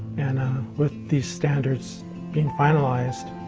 and with these standards being finalized,